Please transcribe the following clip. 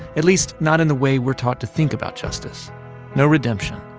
at least not in the way we're taught to think about justice no redemption.